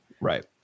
Right